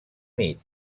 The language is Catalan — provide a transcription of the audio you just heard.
nit